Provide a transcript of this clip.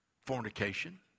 fornication